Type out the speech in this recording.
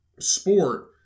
sport